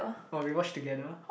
oh we watch together